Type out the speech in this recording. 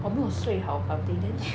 我没有睡好 or something then